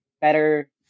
better